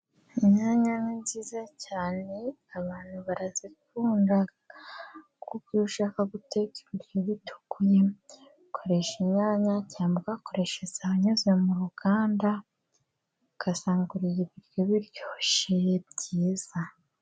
Inyanya ni nziza cyane abantu barazikunda, kuko iyo ushaka guteka ibiryo bitukuye ukoresha inyanya, cyangwa ugakoresha izanyuze mu ruganda, ugasanga uriye ibiryo biryoshye byiza.